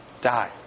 die